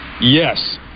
Yes